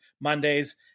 Mondays